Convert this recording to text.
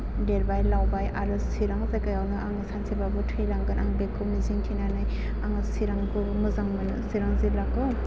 देरबाय लावबाय आरो चिरां जायगायावनो आङो सानसेबाबो थैलांगोन आङो बेखौ मिजिं थिनानै आङो चिरांखौ बुहुथ मोजां मोनो चिरां जिल्लाखौ